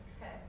Okay